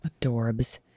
Adorbs